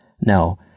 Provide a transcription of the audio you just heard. No